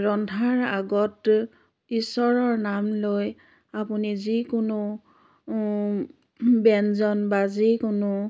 ৰন্ধাৰ আগত ঈশ্বৰৰ নাম লৈ আপুনি যিকোনো ব্যঞ্জন বা যিকোনো